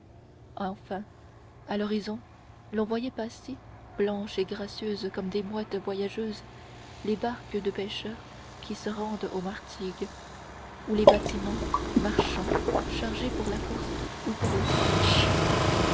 enfin à l'horizon l'on voyait passer blanches et gracieuses comme des mouettes voyageuses les barques de pécheurs qui se rendent aux martigues ou les bâtiments marchands chargés pour la corse ou pour l'espagne